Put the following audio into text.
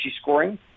scoring